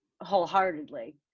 wholeheartedly